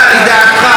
לידיעתך.